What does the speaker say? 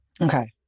Okay